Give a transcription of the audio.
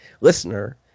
Listener